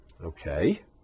Okay